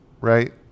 right